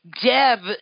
Deb